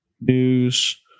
news